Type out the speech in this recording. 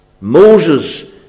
Moses